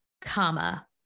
comma